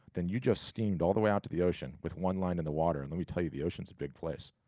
then you just steamed all the way out to the ocean with one line in the water, and let me tell you, the ocean's a big place.